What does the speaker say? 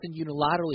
unilaterally